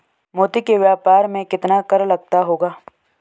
मोती के व्यापार में कितना कर लगता होगा?